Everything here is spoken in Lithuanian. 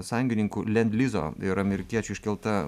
sąjungininkų lendlizo ir amerikiečių iškelta